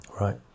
right